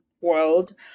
world